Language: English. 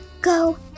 go